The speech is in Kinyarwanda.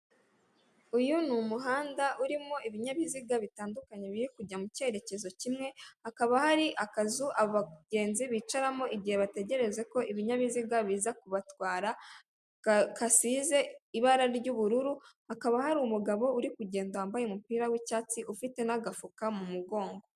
Uyu ni umuhanda urimo ibinyabiziga bitandukanye biri kujya mu cyerekezo kimwe, hakaba hari akazu abagenzi bicaramo igihe bategerereza ko ibinyabiziga biza kubatwara gasize ibara ry'ubururu, hakaba hari umugabo uri kugenda wambaye umupira w'icyatsi ufite n'agafuka mu mugongo.